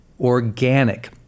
organic